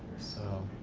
so,